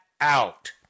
out